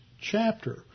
chapter